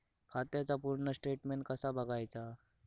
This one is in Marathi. खात्याचा पूर्ण स्टेटमेट कसा बगायचा?